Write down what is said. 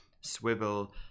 swivel